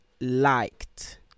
liked